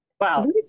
Wow